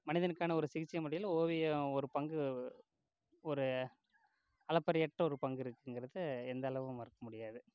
மனிதனுக்கான ஒரு சிகிச்சை முறையில் ஓவியம் ஒரு பங்கு ஒரு அளப்பறையற்ற ஒரு பங்கு இருக்குங்கிறதை எந்தளவும் மறுக்க முடியாது